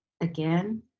Again